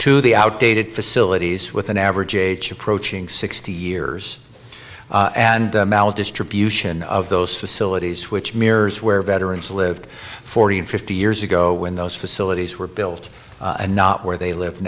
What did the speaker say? to the outdated facilities with an average age approaching sixty years and maldistribution of those facilities which mirrors where veterans lived forty and fifty years ago when those facilities were built and not where they live